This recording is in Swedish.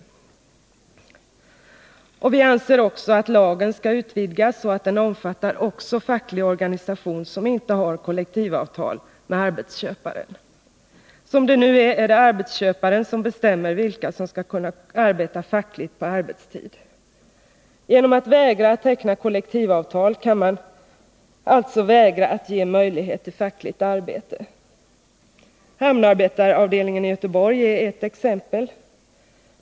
Onsdagen den Vi anser också att lagen skall utvidgas, så att den omfattar också facklig 26 november 1980 organisation som inte har kollektivavtal med arbetsköparen. Nu är det arbetsköparen som bestämmer vilka som skall kunna arbeta fackligt på arbetstid. Genom att vägra att teckna kollektivavtal kan arbetsköparna också vägra att ge de anställda möjligheter till fackligt arbete. Hamnarbetareavdelningen i Göteborg är ett exempel.